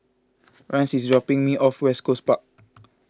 Rance is dropping me off West Coast Park